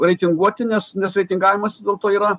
reitinguoti nes nes reitingavimas vis dėlto yra